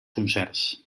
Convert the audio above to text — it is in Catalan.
concerts